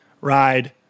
ride